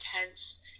intense